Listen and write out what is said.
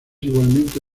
igualmente